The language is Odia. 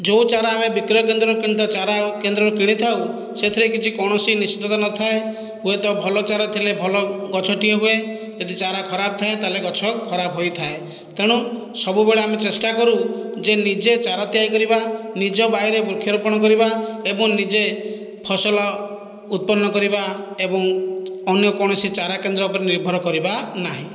ଯେଉଁ ଚାରା ଆମେ ବିକ୍ରୟକେନ୍ଦ୍ରରୁ କିଣିଥାଉ ଚାରା କେନ୍ଦ୍ରରୁ କିଣିଥାଉ ସେଥିରେ କିଛି କୌଣସି ନିଶ୍ଚିତତା ନଥାଏ ହୁଏତ ଭଲ ଚାରା ଥିଲେ ଭଲ ଗଛଟିଏ ହୁଏ ଯଦି ଚାରା ଖରାପ ଥାଏ ତାହେଲେ ଗଛ ଖରାପ ହୋଇଥାଏ ତେଣୁ ସବୁବେଳେ ଆମେ ଚେଷ୍ଟାକରୁ ଯେ ନିଜେ ଚାରା ତିଆରି କରିବା ନିଜ ବାଇରେ ବୃକ୍ଷରୋପଣ କରିବା ଏବଂ ନିଜେ ଫସଲ ଉତ୍ପନ କରିବା ଏବଂ ଅନ୍ୟ କୌଣସି ଚାରା କେନ୍ଦ୍ର ଉପରେ ନିର୍ଭର କରିବା ନାହିଁ